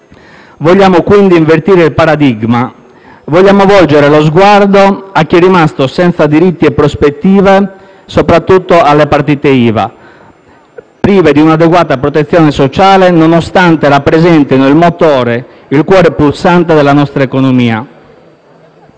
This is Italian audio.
Vogliamo quindi invertire il paradigma e volgere lo sguardo a chi è rimasto senza diritti e prospettive, soprattutto alle partite IVA, prive di un'adeguata protezione sociale, nonostante rappresentino il motore e il cuore pulsante della nostra economia.